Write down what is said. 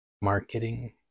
marketing